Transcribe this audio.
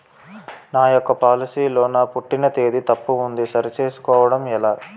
నా యెక్క పోలసీ లో నా పుట్టిన తేదీ తప్పు ఉంది సరి చేసుకోవడం ఎలా?